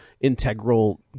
integral